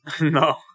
No